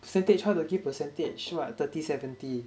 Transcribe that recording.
percentage how to give percentage what thirty seventy